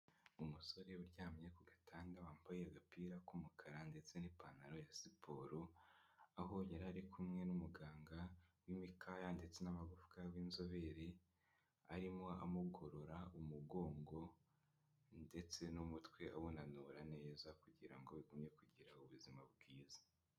Umusore uryamye ku gatanda wambaye agapira k'umukara ndetse n'ipantaro ya siporo, aho yari ari kumwe n'umuganga w'imikaya ndetse n'amagufwa w'inzobere, arimo amugorora umugongo, ndetse n'umutwe awuanura neza kugira ngo bigumye kugira ubuzima bwiza.